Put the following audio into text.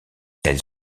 elles